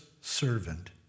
servant